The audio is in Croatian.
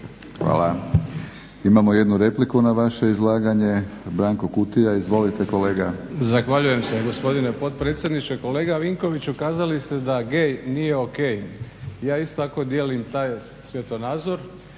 Hvala. Imamo jednu repliku na vaše izlaganje, Branko Kutija. Izvolite kolega. **Kutija, Branko (HDZ)** Zahvaljujem se, gospodine potpredsjedniče. Kolega Vinkoviću, kazali ste da gay nije ok. Ja isto tako dijelim taj svjetonazor.